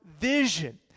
vision